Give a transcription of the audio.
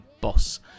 boss